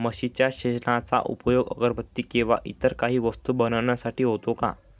म्हशीच्या शेणाचा उपयोग अगरबत्ती किंवा इतर काही वस्तू बनविण्यासाठी होतो का?